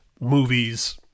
movies